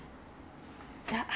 这样子你一天洗几次脸